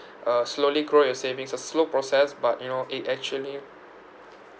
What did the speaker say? uh slowly grow your savings it's a slow process but you know it actually